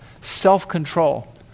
self-control